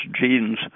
genes